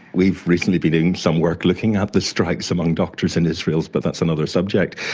we've recently been doing some work looking at the strikes among doctors in israel, but that's another subject.